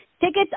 tickets